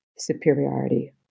superiority